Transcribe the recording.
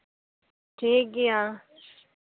ᱴᱷᱤᱠ ᱜᱮᱭᱟ